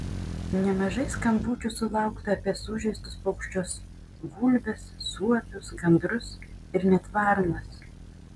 nemažai skambučių sulaukta apie sužeistus paukščius gulbes suopius gandrus ir net varnas